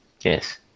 Yes